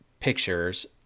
pictures